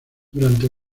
durante